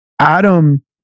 adam